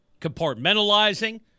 compartmentalizing